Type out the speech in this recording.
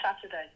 Saturday